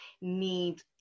need